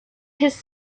his